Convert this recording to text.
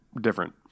different